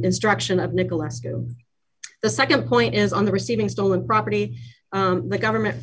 destruction of nicholas to the nd point is on the receiving stolen property the government